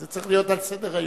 זה צריך להיות על סדר-היום.